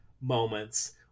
moments